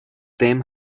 them